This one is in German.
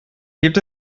gibt